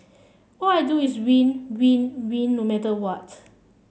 all I do is win win win no matter what